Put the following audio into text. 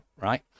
right